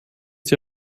sie